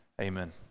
Amen